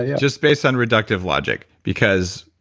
ah just based on reductive logic, because.